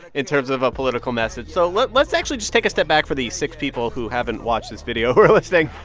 in terms of a political message. so let's let's actually just take a step back for the six people who haven't watched this video who are listening.